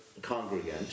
congregant